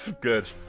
good